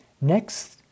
Next